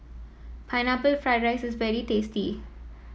Pineapple Fried Rice is very tasty